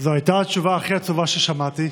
זאת הייתה התשובה הכי עצובה ששמעתי.